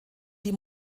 die